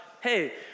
hey